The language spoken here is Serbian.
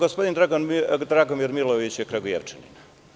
Gospodin Dragan Milojević je Kragujevčanin.